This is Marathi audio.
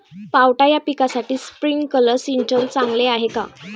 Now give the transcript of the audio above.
पावटा या पिकासाठी स्प्रिंकलर सिंचन चांगले आहे का?